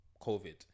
Covid